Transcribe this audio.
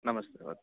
नमस्ते